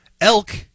Elk